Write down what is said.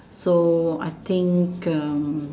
so I think um